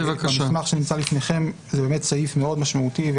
במסמך שנמצא לפניכם זה סעיף מאוד משמעותי,